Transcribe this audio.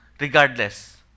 regardless